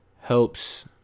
helps